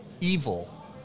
evil